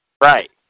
Right